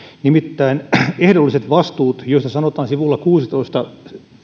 nimittäin ehdolliset vastuut joista sanotaan sivulla kuudentoista